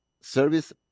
service